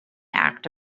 act